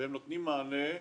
והם נותנים מענה,